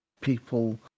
people